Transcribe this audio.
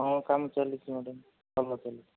ହଁ କାମ ଚାଲିଛି ମ୍ୟାଡାମ ଭଲ ଚାଲିଛି